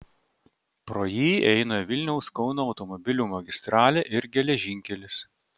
pro jį eina vilniaus kauno automobilių magistralė ir geležinkelis